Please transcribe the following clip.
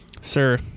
Sir